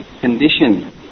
condition